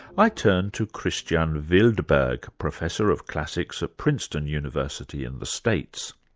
i turned to christian wildberg, professor of classics at princeton university in the states.